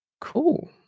Cool